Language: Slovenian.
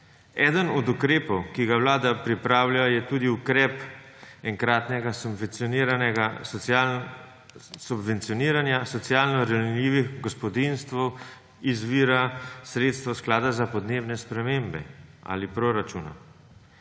Eden od ukrepov, ki ga vlada pripravlja, je tudi ukrep enkratnega subvencioniranja socialno ranljivih v gospodinjstvu iz vira sredstev sklada za podnebne spremembe ali proračuna.